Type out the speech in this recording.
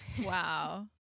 wow